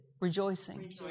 Rejoicing